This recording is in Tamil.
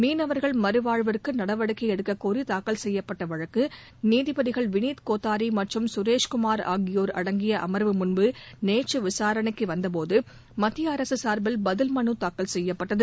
மீனவர்கள் மறுவாழ்வுக்கு நடவடிக்கை எடுக்கக்கோரி தாக்கல் செய்யப்பட்ட வழக்கு நீதிபதிகள் விளீத் கோத்தாரி மற்றும் சுரேஷ்குமார் ஆகியோர் அடங்கிய அமர்வு முன்பு நேற்று விசாரணைக்கு வந்தபோது மத்திய அரசு சாா்பில் பதில் மனு தாக்கல் செய்யப்பட்டது